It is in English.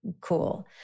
cool